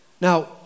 Now